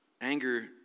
anger